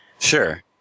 Sure